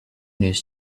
news